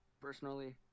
Personally